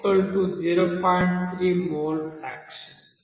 3 mole fraction